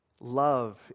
Love